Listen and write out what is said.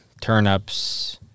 turnips—